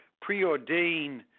preordained